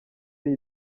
ari